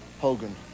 Hogan